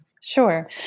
Sure